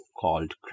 called